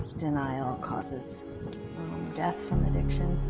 denial causes death from addiction.